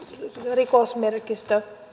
rikosmerkistö